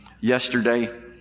Yesterday